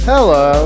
Hello